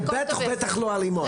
ובטח ובטח לא אלימות.